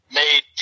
made